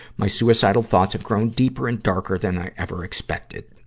my suicidal thoughts have grown deeper and darker than i ever expected.